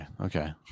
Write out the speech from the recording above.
Okay